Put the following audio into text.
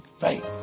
faith